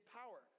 power